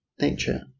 nature